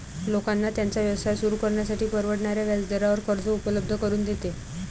लोकांना त्यांचा व्यवसाय सुरू करण्यासाठी परवडणाऱ्या व्याजदरावर कर्ज उपलब्ध करून देते